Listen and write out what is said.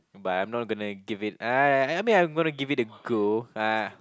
but I'm not gonna give it ah I I mean I'm gonna give it a go ah